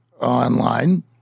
online